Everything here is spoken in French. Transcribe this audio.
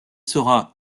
sera